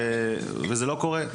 וזה לא קורה.